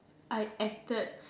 I acted